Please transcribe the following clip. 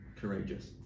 courageous